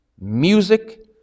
music